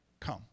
come